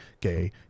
gay